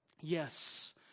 Yes